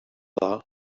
dda